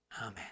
Amen